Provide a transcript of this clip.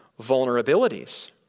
vulnerabilities